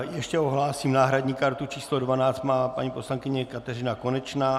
Ještě ohlásím, že náhradní kartu č. 12 má paní poslankyně Kateřina Konečná.